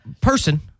person –